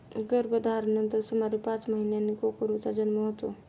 गर्भधारणेनंतर सुमारे पाच महिन्यांनी कोकरूचा जन्म होतो